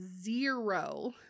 zero